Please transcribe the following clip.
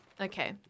okay